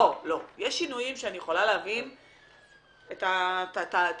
יש שינויים שאני יכולה להבין את הרפורמה,